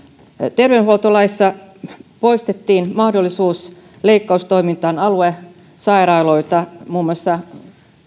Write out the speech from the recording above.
terveydenhuoltolaissa poistettiin mahdollisuus leikkaustoimintaan aluesairaaloilta muun muassa